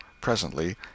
presently